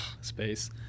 space